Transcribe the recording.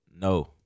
no